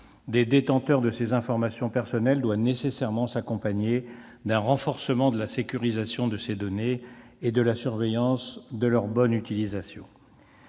des détenteurs de ces informations personnelles doit nécessairement s'accompagner d'un renforcement de la sécurisation de ces données et de la surveillance de leur bonne utilisation.